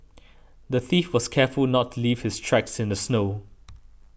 the thief was careful not to leave his tracks in the snow